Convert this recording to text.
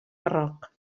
barroc